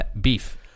beef